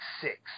six